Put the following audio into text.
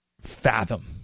fathom